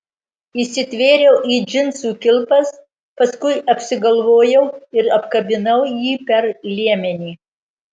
įsitvėriau į džinsų kilpas paskui apsigalvojau ir apkabinau jį per liemenį